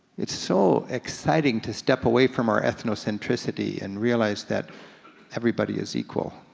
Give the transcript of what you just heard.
it's so exciting to step away from our ethnocentricity and realize that everybody is equal.